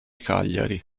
cagliari